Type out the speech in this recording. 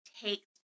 takes